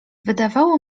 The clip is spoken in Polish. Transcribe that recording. wydawało